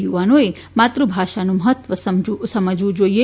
યુવાનોએ માતૃ ભાષાનું મહત્વ સમજવુ જાઈએ